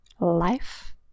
life